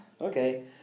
Okay